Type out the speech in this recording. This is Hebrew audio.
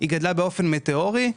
היא גדלה באופן מטאורי.